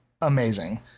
amazing